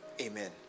Amen